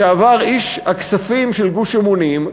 לשעבר איש הכספים של "גוש אמונים",